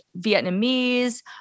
Vietnamese